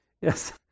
Yes